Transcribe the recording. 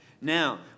Now